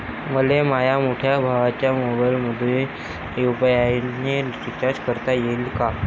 मले माह्या मोठ्या भावाच्या मोबाईलमंदी यू.पी.आय न रिचार्ज करता येईन का?